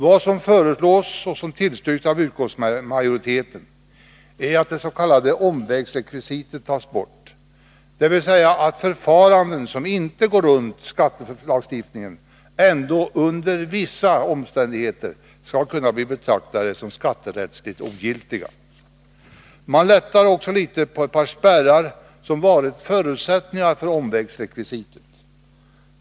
Vad som föreslås och som tillstyrks av utskottsmajoriteten är att det s.k. omvägsrekvisitet tas bort, dvs. att förfaranden som inte går en omväg runt skattelagstiftningen ändå under vissa omständigheter skall kunna bli betraktade som skatterättsligt ogiltiga. Man lättar också litet på ett par andra spärrar som har varit förutsättningar för omvägsrekvisitet.